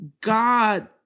God